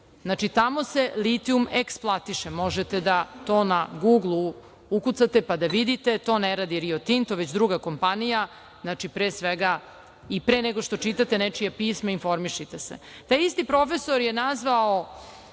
Znači, tamo se litijum eksploatiše, možete to na Guglu ukucate, pa da vidite. To ne radi Rio Tinto, već druga kompanija. Znači, i pre nego što čitate nečije pismo, informišite se. Taj isti profesor je nazvao